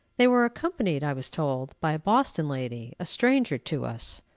they were accompanied, i was told, by boston lady, a stranger to us.